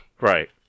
Right